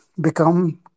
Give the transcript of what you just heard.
become